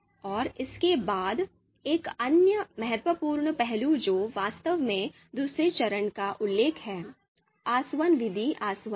और इसके बाद एक अन्य महत्वपूर्ण पहलू जो वास्तव में दूसरे चरण का उल्लेख है आसवन विधि आसवन है